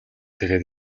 тэгээд